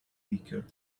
weaker